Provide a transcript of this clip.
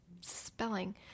spelling